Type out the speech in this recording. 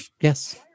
Yes